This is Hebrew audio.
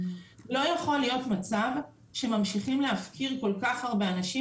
לא יכול להיות מצב שממשיכים להפקיר כל כך הרבה אנשים